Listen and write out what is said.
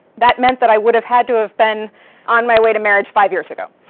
that meant that i would have had to have been on my way to marriage five years ago.